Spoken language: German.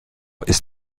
ist